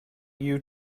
you